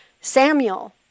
Samuel